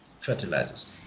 fertilizers